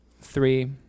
three